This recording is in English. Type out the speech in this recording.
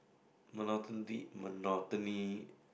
monotony